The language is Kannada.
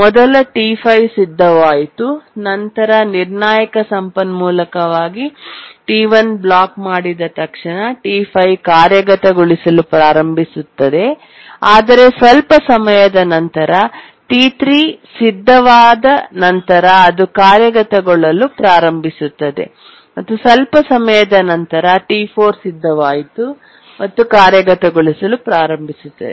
ಮೊದಲ T5 ಸಿದ್ಧವಾಯಿತು ನಂತರ ನಿರ್ಣಾಯಕ ಸಂಪನ್ಮೂಲಕ್ಕಾಗಿ T1 ಬ್ಲಾಕ್ ಮಾಡಿದ ತಕ್ಷಣ T5 ಕಾರ್ಯಗತಗೊಳಿಸಲು ಪ್ರಾರಂಭಿಸುತ್ತದೆ ಆದರೆ ಸ್ವಲ್ಪ ಸಮಯದ ನಂತರ T3 ಸಿದ್ಧವಾದ ನಂತರ ಅದು ಕಾರ್ಯಗತಗೊಳ್ಳಲು ಪ್ರಾರಂಭಿಸುತ್ತದೆ ಮತ್ತು ಸ್ವಲ್ಪ ಸಮಯದ ನಂತರ T4 ಸಿದ್ಧವಾಯಿತು ಮತ್ತು ಕಾರ್ಯಗತಗೊಳಿಸಲು ಪ್ರಾರಂಭಿಸುತ್ತದೆ